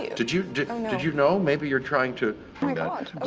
did you, did and did you know, maybe you're trying to oh my god,